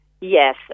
Yes